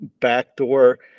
backdoor